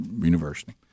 university